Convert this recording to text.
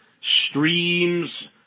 streams